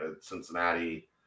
Cincinnati